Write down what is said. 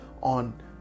on